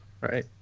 right